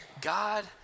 God